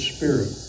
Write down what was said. Spirit